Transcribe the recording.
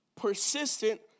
Persistent